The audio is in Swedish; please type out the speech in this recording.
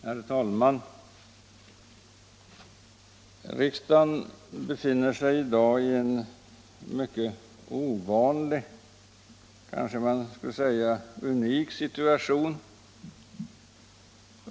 Herr talman! Riksdagen befinner sig i dag i en mycket ovanlig, kanske man skulle säga unik, situation.